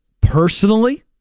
personally